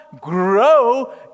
grow